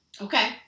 Okay